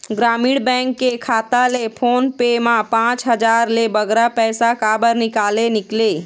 ग्रामीण बैंक के खाता ले फोन पे मा पांच हजार ले बगरा पैसा काबर निकाले निकले?